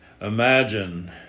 imagine